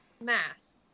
Mask